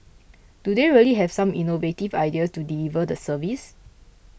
do they really have some innovative ideas to deliver the service